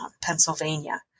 Pennsylvania